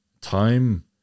time